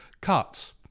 cuts